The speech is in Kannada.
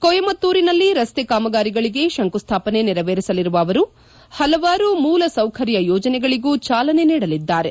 ಕೊಯಮತ್ತೂರಿನಲ್ಲಿ ರಸ್ತೆ ಕಾಮಗಾರಿಗಳಿಗೆ ಕಂಕುಸ್ತಾಪನೆ ನೆರವೇರಿಸಲಿರುವ ಅವರು ಪಲವಾರು ಮೂಲ ಸೌಕರ್ನ ಯೋಜನೆಗಳಗೂ ಚಾಲನೆ ನೀಡಲಿದ್ದಾರೆ